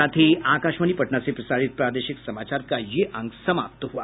इसके साथ ही आकाशवाणी पटना से प्रसारित प्रादेशिक समाचार का ये अंक समाप्त हुआ